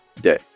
day